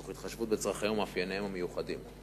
תוך התחשבות בצורכיהם ובמאפייניהם המיוחדים.